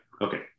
Okay